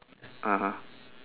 (uh huh)